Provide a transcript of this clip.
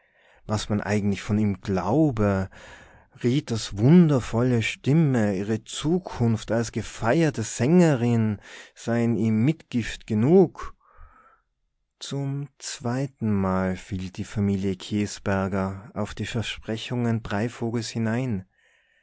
was man eigentlich von ihm glaube ritas wundervolle stimme ihre zukunft als gefeierte sängerin seien ihm mitgift genug zum zweitenmal fiel die familie käsberger auf die versprechungen breivogels hinein